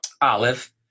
olive